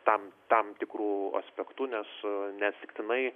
tam tam tikru aspektu nes neatsitiktinai